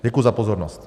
Děkuji za pozornost.